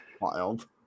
Wild